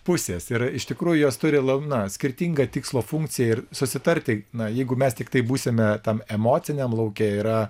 pusės ir iš tikrųjų jos turi la na skirtingą tikslo funkciją ir susitarti na jeigu mes tiktai būsime tam emociniam lauke yra